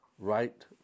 Right